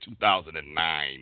2009